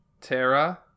Terra